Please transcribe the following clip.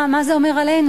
מה זה אומר עלינו?